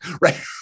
right